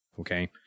Okay